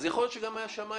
יכול להיות שהיה גם שמאי